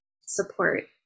support